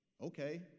Okay